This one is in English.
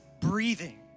breathing